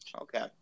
Okay